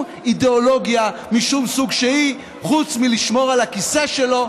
אידיאולוגיה משום סוג שהוא חוץ מלשמור על הכיסא שלו,